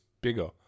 bigger